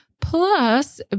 plus